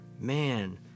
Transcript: man